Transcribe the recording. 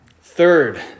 Third